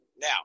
Now